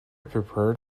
prepared